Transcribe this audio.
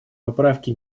поправки